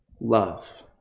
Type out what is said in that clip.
love